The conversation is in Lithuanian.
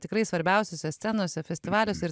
tikrai svarbiausiose scenose festivaliuose ir